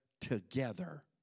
together